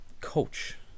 coach